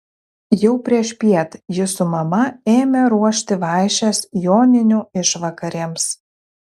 jau priešpiet ji su mama ėmė ruošti vaišes joninių išvakarėms